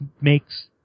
makes